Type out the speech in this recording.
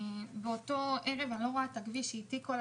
באותו ערב, כשאני נוסעת, כמעט